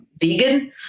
vegan